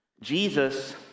Jesus